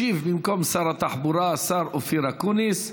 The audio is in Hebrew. ישיב במקום שר התחבורה השר אופיר אקוניס.